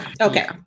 Okay